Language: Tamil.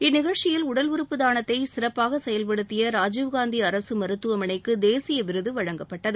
இந்நிகழ்ச்சியில் உடல் உறுப்பு தானத்தை சிறப்பாக செயல்படுத்திய ராஜீவ்காந்தி அரசு மருத்துவமனைக்கு தேசிய விருது வழங்கப்பட்டது